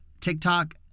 TikTok